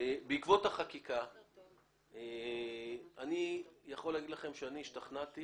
בעקבות החקיקה אני יכול להגיד לכם שאני השתכנעתי